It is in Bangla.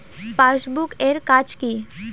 পাশবুক এর কাজ কি?